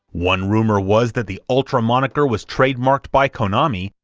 one rumor was that the ultra moniker was trademarked by konami,